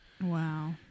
Wow